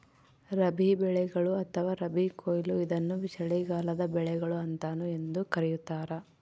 ರಬಿ ಬೆಳೆಗಳು ಅಥವಾ ರಬಿ ಕೊಯ್ಲು ಇದನ್ನು ಚಳಿಗಾಲದ ಬೆಳೆಗಳು ಅಂತಾನೂ ಎಂದೂ ಕರೀತಾರ